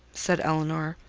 said elinor,